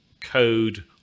code